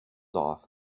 off